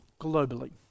Globally